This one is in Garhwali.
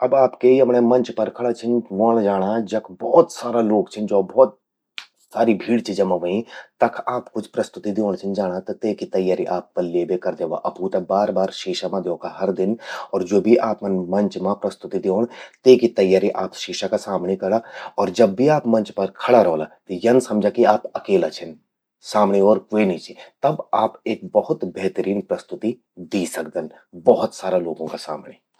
अब आप के यमण्यें मंच पर छिन खड़ु व्होंण जाणा, जख भौत सारा लोग छिन, जख भौत सारी भीड़ चि जमा व्हयीं। तख आप कुछ प्रस्तुति द्योंण छिन जाणा त तेकि तैयारी आप पल्ये बे कर द्यवा। अफू ते बार बार शीशा मां द्योखा हर दिन और ज्वो भी आपन मंच मां प्रस्तुति द्योण, तेकि तैयारी आप शीशा का सामणि करा। और जब भी आप मंच पर खड़ा रौला, यन समझा कि आप अकेला छिन, सामणि और क्वे नी चि। तब आप बहुत बेहतरीन प्रस्तुति दी सकदन, भौत सारा लोगों का सामणि।